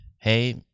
hey